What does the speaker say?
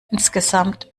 insgesamt